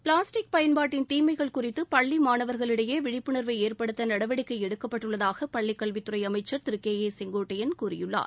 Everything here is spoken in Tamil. பிளாஸ்டிக் பயன்பாட்டின் தீமைகள் குறித்து பள்ளி மாணவர்களிடையே விழிப்புணர்வை ஏற்படுத்த நடவடிக்கை எடுக்கப்பட்டுள்ளதாக பள்ளிக் கல்வித்துறை அமைச்சர் திரு கே ஏ செங்கோட்டையன் கூறியுள்ளார்